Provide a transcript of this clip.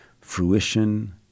fruition